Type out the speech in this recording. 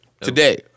Today